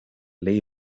ley